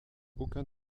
aucun